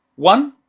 one,